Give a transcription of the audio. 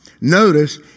Notice